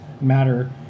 matter